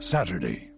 Saturday